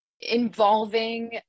involving